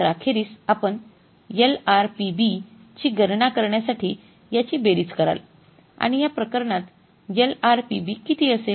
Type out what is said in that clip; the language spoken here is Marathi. तर अखेरीस आपण एलआरपीबी ची गणना करण्यासाठी याची बेरीज कराल आणि या प्रकरणात एलआरपीबी किती असेल